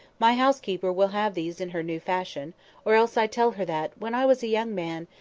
my house-keeper will have these in her new fashion or else i tell her that, when i was a young man,